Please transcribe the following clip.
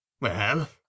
Well